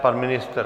Pan ministr?